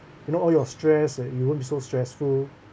you know all your stress and you won't be so stressful